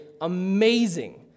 amazing